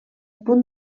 punt